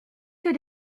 que